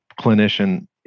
clinician